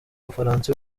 bufaransa